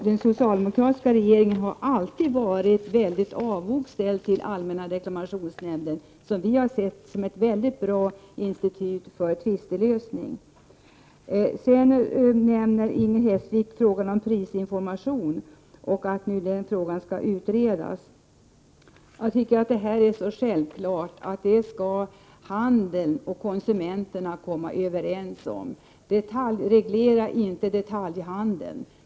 Den socialdemokratiska regeringen har alltid varit väldigt avogt inställd till den allmänna reklamationsnämnden, som vi har sett som ett mycket bra forum för tvistelösning. Inger Hestvik säger sedan att frågan om prisinformation skall utredas. Det tycker jag är så självklart att handeln och konsumenterna bör kunna komma överens om det. Detaljreglera inte detaljhandeln!